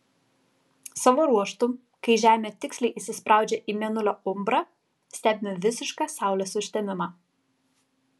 savo ruožtu kai žemė tiksliai įsispraudžia į mėnulio umbrą stebime visišką saulės užtemimą